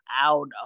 out